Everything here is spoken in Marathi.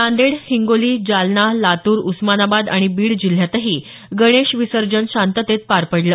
नांदेड हिंगोली जालना लातूर उस्मानाबाद आणि बीड जिल्ह्यातही गणेश विसर्जन शांतते पार पडलं